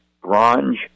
Bronze